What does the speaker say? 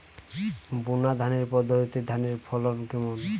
বুনাধানের পদ্ধতিতে ধানের ফলন কেমন?